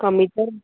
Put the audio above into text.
कमी तर